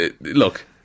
look